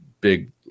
Big